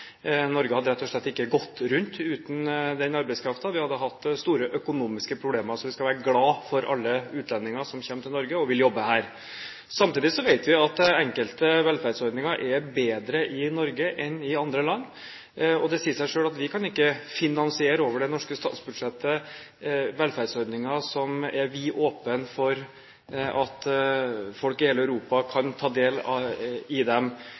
Norge hadde rett og slett ikke gått rundt uten den arbeidskraften. Vi hadde hatt store økonomiske problemer, så vi skal være glad for alle utlendinger som kommer til Norge og vil jobbe her. Samtidig vet vi at enkelte velferdsordninger er bedre i Norge enn i andre land, og det sier seg selv at vi kan ikke finansiere over det norske statsbudsjettet velferdsordninger som er vidåpne for at folk i hele Europa kan ta del i dem,